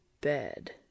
bed